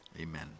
Amen